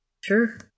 Sure